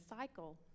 cycle